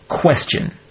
question